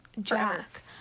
Jack